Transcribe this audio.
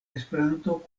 esperanto